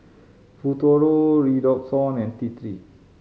Futuro Redoxon and T Three